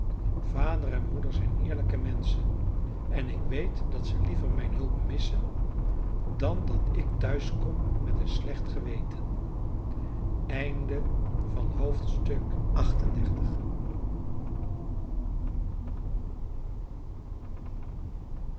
vader en moeder zijn eerlijke menschen en ik weet dat ze liever mijn hulp missen dan dat ik thuiskom met een slecht geweten xxxix